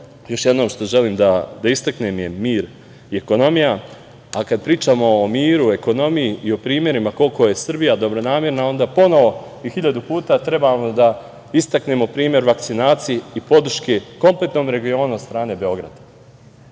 još jednom što želim da istaknem je mir i ekonomija. Kada pričamo o miru, ekonomiji i o primerima koliko je Srbija dobronamerna, onda ponovo i hiljadu puta treba da istaknemo primer vakcinacije i podrške kompletnom regionu od strane Beograda.